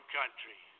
country